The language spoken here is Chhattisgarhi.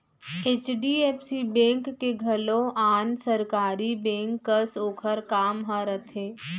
एच.डी.एफ.सी बेंक के घलौ आन सरकारी बेंक कस ओकर काम ह रथे